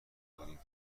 داریم